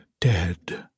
dead